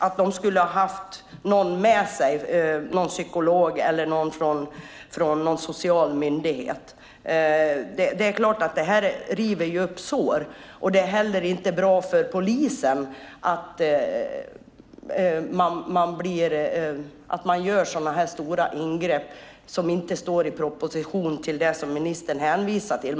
De skulle ha haft någon med sig, någon psykolog eller någon från någon social myndighet. Det är klart att det här river upp sår. Det är heller inte bra för polisen att man gör sådana här stora ingrepp som inte står i proportion till det som ministern hänvisar till.